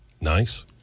nice